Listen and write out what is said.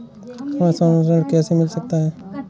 हमें सोना ऋण कैसे मिल सकता है?